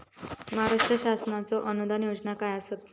महाराष्ट्र शासनाचो अनुदान योजना काय आसत?